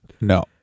No